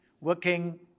working